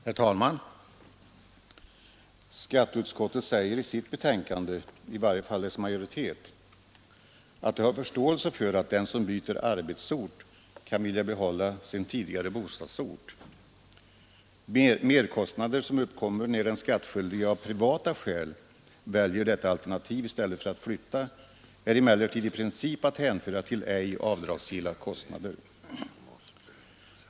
Herr talman! Skatteutskottets majoritet säger i sin skrivning, att man har förståelse för att den som byter arbetsort kan vilja behålla sin tidigare bostadsort. Merkostnader som uppkommer när den skattskyldige av privata skäl väljer detta alternativ i stället för att flytta, är emellertid i princip att hänföra till ej avdragsgilla kostnader.